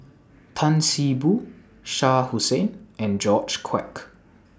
Tan See Boo Shah Hussain and George Quek